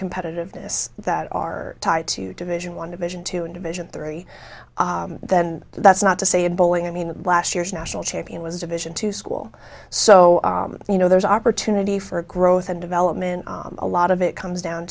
competitiveness that are tied to division one division two in division three then that's not to say a bowling i mean last year's national champion was a division two school so you know there's opportunity for growth and development a lot of it comes down